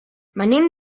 venim